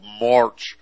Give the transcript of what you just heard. March